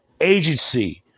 agency